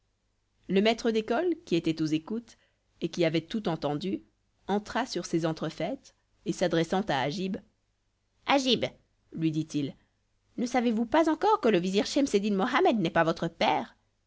le maître d'école qui était aux écoutes et qui avait tout entendu entra sur ces entrefaites et s'adressant à agib agib lui dit-il ne savez-vous pas encore que le vizir schemseddin mohammed n'est pas votre père